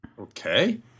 okay